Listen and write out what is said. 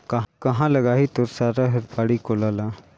काँहा लगाही तोर सारा हर बाड़ी कोला ल